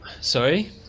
sorry